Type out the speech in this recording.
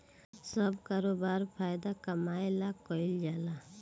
सब करोबार फायदा कमाए ला कईल जाल